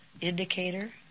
indicator